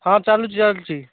ହଁ ଚାଲୁଛି ଚାଲୁଛି